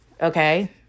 Okay